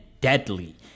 deadly